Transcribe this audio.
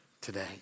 today